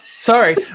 Sorry